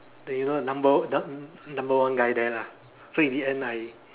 the you know number number one guy there lah so in the end I